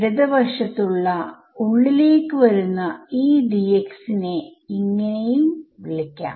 ഇടത് വശത്തുള്ള ഉള്ളിലേക്ക് വരുന്ന ഈ Dx നെ എന്നും വിളിക്കാം